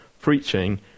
preaching